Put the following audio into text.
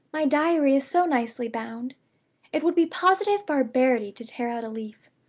my diary is so nicely bound it would be positive barbarity to tear out a leaf.